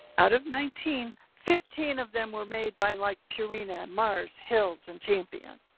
out of nineteen, fifteen of them were made by like purina and mars, hill's and champion.